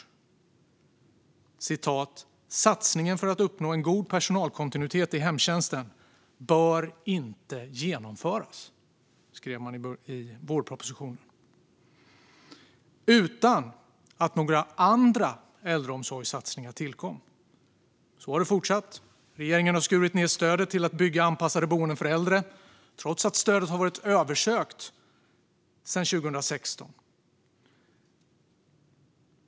Man skrev i vårpropositionen att "satsningen för att uppnå en god personalkontinuitet i hemtjänsten inte bör genomföras" - utan att några andra äldreomsorgssatsningar tillkom. Så har det fortsatt. Regeringen har skurit ned stödet till att bygga anpassade boenden för äldre, trots att stödet har varit översökt sedan 2016.